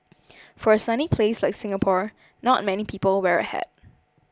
for a sunny place like Singapore not many people wear a hat